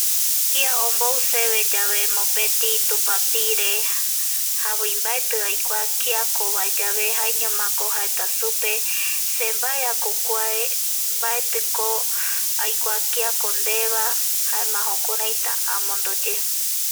Kia ombou seve yave mopeti tupapire javoi mbaeti aikua kiakvoa yave jaema jaetako supe sembaeako kuae mbaetiko aikua kiako ndevae jaema jukuraita amondoye